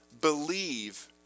believe